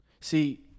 See